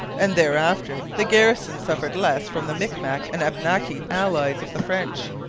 and thereafter the garrison suffered less from the micmac and abnaki allies of the french.